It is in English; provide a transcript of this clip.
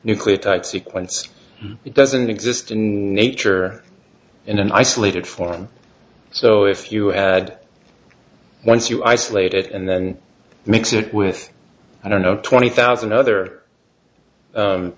nucleotide sequence it doesn't exist in nature in an isolated form so if you had once you isolate it and then mix it with i don't know twenty thousand other